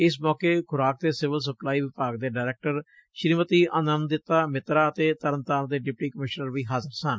ਇਸ ਸੋਕੇ ਖੁਰਾਕ ਤੇ ਸਿਵਲ ਸਪਲਾਈ ਵਿਭਾਗ ਦੇ ਡਾਇਰੈਕਟਰ ਸ੍ਰੀਮਤੀ ਅਨੰਦਿਤਾ ਸਿੱਤਰਾ ਅਤੇ ਤਰਨਤਾਰਨ ਦੇ ਡਿਪਟੀ ਕਮਿਸ਼ਨਰ ਵੀ ਹਾਜ਼ਰ ਸਨ